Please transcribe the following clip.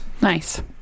Nice